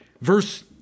Verse